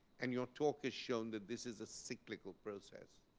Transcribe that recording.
and your talk has shown that this is a cyclical process.